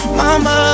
mama